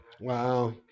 wow